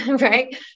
right